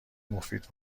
مفید